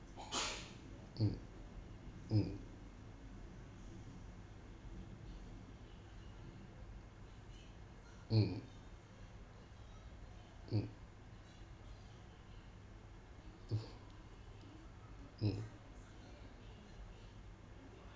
mm mm mm mm mm mm